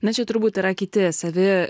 na čia turbūt yra kiti savi